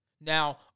Now